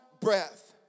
breath